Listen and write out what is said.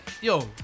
yo